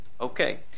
Okay